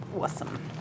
Awesome